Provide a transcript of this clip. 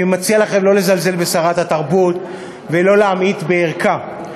אני מציע לכם לא לזלזל בשרת התרבות ולא להמעיט בערכה.